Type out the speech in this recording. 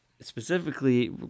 specifically